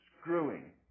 screwing